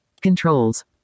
Controls